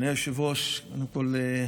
אדוני היושב-ראש, קודם כול,